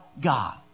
God